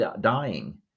dying